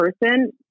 person